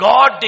God